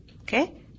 Okay